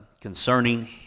concerning